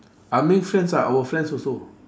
ah ming friends ah our friends also